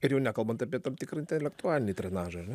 ir jau nekalbant apie tam tikrą intelektualinį trenažą ar ne